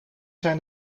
zijn